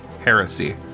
heresy